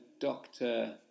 Doctor